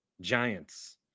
giants